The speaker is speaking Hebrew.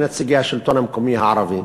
מנציגי השלטון המקומי הערבי,